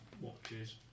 watches